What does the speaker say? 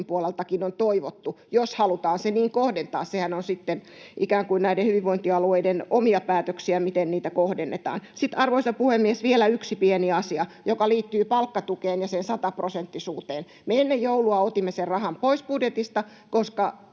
puoleltakin on toivottu — jos halutaan se niin kohdentaa. Sehän on sitten ikään kuin näiden hyvinvointialueiden omia päätöksiä, miten niitä kohdennetaan. Arvoisa puhemies! Sitten vielä yksi pieni asia, joka liittyy palkkatukeen ja sen sataprosenttisuuteen. Me ennen joulua otimme sen rahan pois budjetista, koska